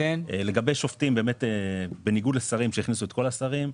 לגבי שופטים באמת בניגוד לשרים שהכניסו את כל השרים,